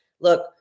look